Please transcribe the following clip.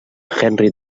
henry